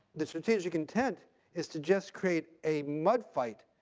the strategic intent is to just create a mud fight.